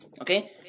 Okay